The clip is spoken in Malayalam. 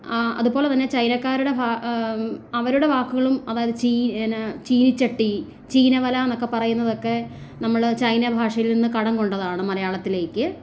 ആ അതുപോലെ തന്നെ ചൈനക്കാരുടെ ഭാ അവരുടെ വാക്കുകളും അതായത് ചീ എന്നാൽ ചീനിച്ചട്ടി ചീനവലയെന്നൊക്കെ പറയുന്നതൊക്കെ നമ്മൾ ചൈന ഭാഷയിൽ നിന്ന് കടം കൊണ്ടതാണ് മലയാളത്തിലേയ്ക്ക്